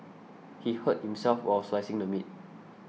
he hurt himself while slicing the meat